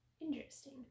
interesting